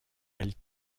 elle